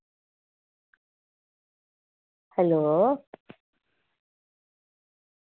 hello